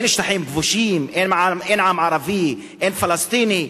אין שטחים כבושים, אין עם ערבי, אין פלסטיני.